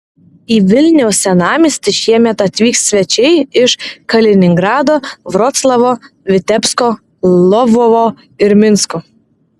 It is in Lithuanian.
į vilniaus senamiestį šiemet atvyks svečiai iš kaliningrado vroclavo vitebsko lvovo ir minsko